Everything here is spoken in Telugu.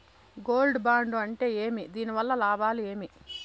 గోల్డ్ బాండు అంటే ఏమి? దీని వల్ల లాభాలు ఏమి?